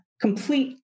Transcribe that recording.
complete